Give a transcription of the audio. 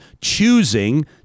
choosing